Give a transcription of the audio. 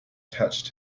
touched